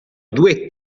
due